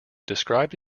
described